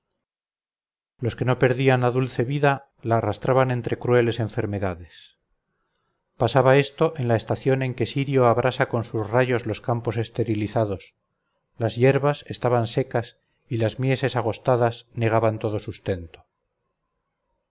los que no perdían la dulce vida la arrastraban entre crueles enfermedades pasaba esto en la estación en que sirio abrasa con sus rayos los campos esterilizados las hierbas estaban secas y las mieses agostadas negaban todo sustento